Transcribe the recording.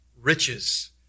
Riches